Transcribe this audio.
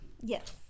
Yes